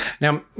Now